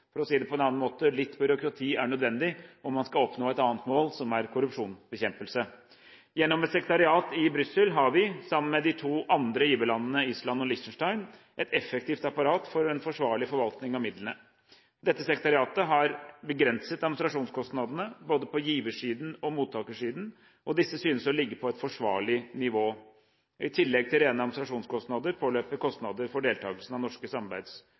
For å si det på en annen måte: Litt byråkrati er nødvendig om man skal oppnå et annet mål, som er korrupsjonsbekjempelse. Gjennom et sekretariat i Brussel har vi, sammen med de to andre giverlandene Island og Liechtenstein, et effektivt apparat for en forsvarlig forvaltning av midlene. Dette sekretariatet har begrenset administrasjonskostnadene, både på giversiden og på mottakersiden, og disse synes å ligge på et forsvarlig nivå. I tillegg til rene administrasjonskostnader påløper kostnader for deltakelsen på norske